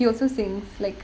he also sings like